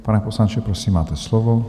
Pane poslanče, prosím, máte slovo.